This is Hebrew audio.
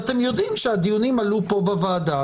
אתם יודעים שהדיונים עלו כאן בוועדה,